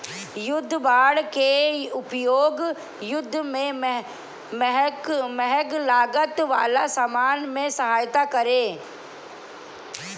युद्ध बांड के उपयोग युद्ध में महंग लागत वाला सामान में सहायता करे